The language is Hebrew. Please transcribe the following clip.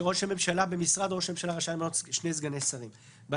שראש הממשלה רשאי למנות שני סגני שרים במשרד ראש הממשלה.